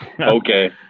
Okay